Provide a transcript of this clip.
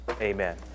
amen